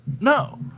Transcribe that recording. No